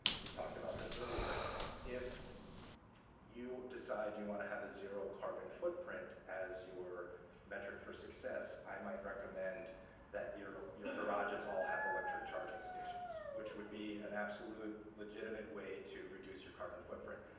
we talked about this earlier if you decide you want to have a zero carbon footprint as your metric for success i might recommend that your your garages all have electric charging stations which would be an absolute legitimate way to reduce your carbon footprint.